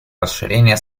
расширение